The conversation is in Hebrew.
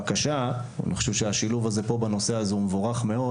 יש לי בקשה: אני חושב שהשילוב בנושא הזה הוא מבורך מאוד.